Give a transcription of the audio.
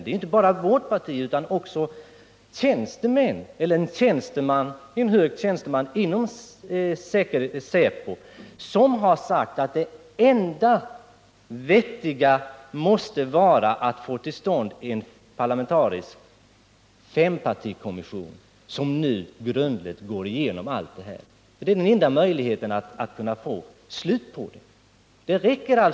Det är inte bara vårt parti utan också en hög tjänsteman inom säpo som har sagt att det enda vettiga måste vara att få till stånd en parlamentarisk fempartikommission, som grundligt går igenom allt det här. Det är den enda möjligheten att få slut på säpos övertramp.